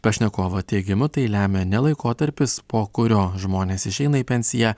pašnekovo teigimu tai lemia ne laikotarpis po kurio žmonės išeina į pensiją